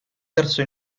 terzo